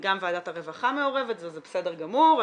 גם ועדת הרווחה מעורבת, זה בסדר גמור.